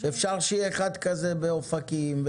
אפשר שיהיה אחד כזה גם באופקים,